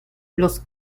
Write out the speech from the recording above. los